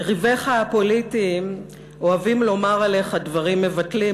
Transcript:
יריביך הפוליטיים אוהבים לומר עליך דברים מבטלים,